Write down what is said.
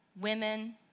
Women